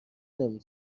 نمی